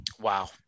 Wow